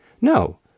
No